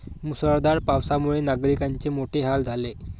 मुसळधार पावसामुळे नागरिकांचे मोठे हाल झाले